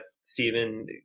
Stephen